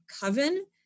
coven